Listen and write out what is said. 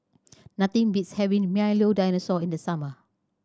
nothing beats having Milo Dinosaur in the summer